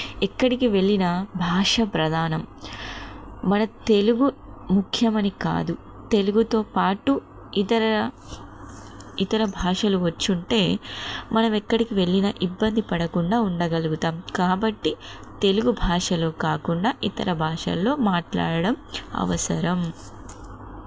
ఎక్కడికి వెళ్ళిన భాష ప్రధానం మన తెలుగు ముఖ్యం అని కాదు తెలుగుతో పాటు ఇతర ఇతర భాషలు వచ్చి ఉంటే మనం ఎక్కడికి వెళ్ళిన ఇబ్బంది పడకుండా ఉండగలుగుతాం కాబట్టి తెలుగు భాషలో కాకుండా ఇతర భాషలలో మాట్లాడడం అవసరం